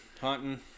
hunting